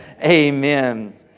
Amen